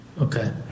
Okay